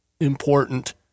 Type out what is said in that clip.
important